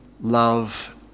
love